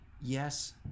Yes